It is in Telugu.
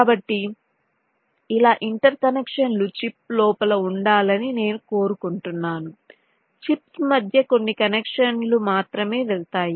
కాబట్టి చాలా ఇంటర్ కనెక్షన్లు చిప్ లోపల ఉండాలని నేను కోరుకుంటున్నాను చిప్స్ మధ్య కొన్ని కనెక్షన్లు మాత్రమే వెళ్తాయి